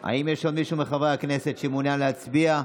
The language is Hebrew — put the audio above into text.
האם יש עוד מישהו מחברי הכנסת שמעוניין להצביע?